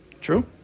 True